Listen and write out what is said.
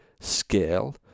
scale